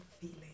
feeling